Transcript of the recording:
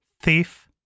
thief